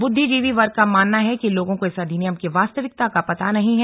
बुद्दिजीवी वर्ग का मानना है कि लोगों को इस अधिनियम की वास्तविकता का पता नही है